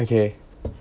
okay